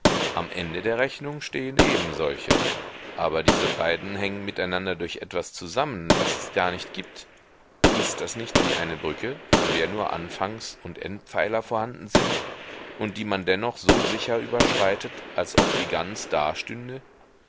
am ende der rechnung stehen ebensolche aber diese beiden hängen miteinander durch etwas zusammen das es gar nicht gibt ist das nicht wie eine brücke von der nur anfangs und endpfeiler vorhanden sind und die man dennoch so sicher überschreitet als ob sie ganz dastünde